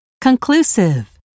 Conclusive